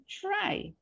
try